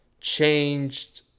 changed